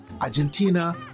Argentina